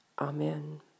Amen